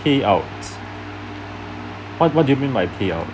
payout what what do you mean by payout